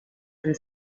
and